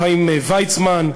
חיים ויצמן,